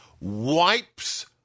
wipes